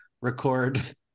Record